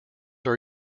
are